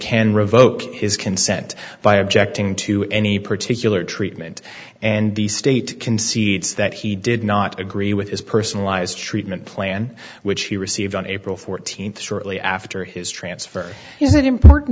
can revoke his consent by objecting to any particular treatment and the state concedes that he did not agree with his personalized treatment plan which he received on april fourteenth shortly after his transfer or is it important